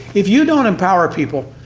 if you don't empower people,